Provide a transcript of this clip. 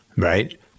right